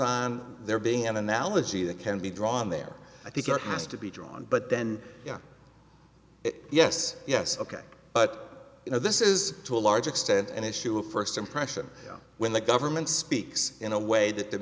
on there being an analogy that can be drawn there i think it has to be drawn but then it yes yes ok but you know this is to a large extent an issue of first impression when the government speaks in a way that